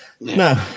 No